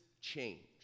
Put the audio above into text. change